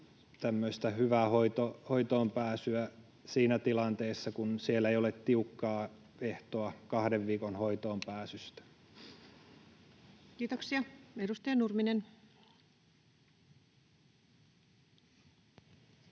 tämmöistä hyvää hoitoonpääsyä siinä tilanteessa, kun siellä ei ole tiukkaa ehtoa kahden viikon hoitoonpääsystä. Kiitoksia. — Edustaja Nurminen.